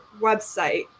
website